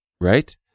right